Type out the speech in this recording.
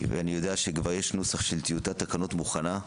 ואני יודע שכבר יש נוסח של טיוטת תקנות מוכנה,